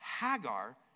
Hagar